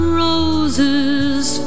roses